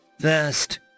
First